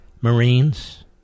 Marines